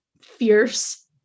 fierce